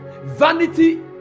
Vanity